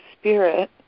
Spirit